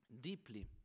deeply